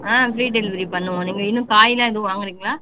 ஆ free delivery பண்ணுவோம் நீங்கள் இன்னும் காய்லாம் எதுவும் வாங்குறீங்களா